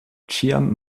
ĉiam